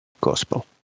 gospel